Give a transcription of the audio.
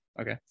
okay